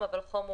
חברתי.